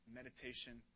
meditation